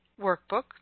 workbook